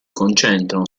concentrano